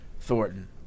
Thornton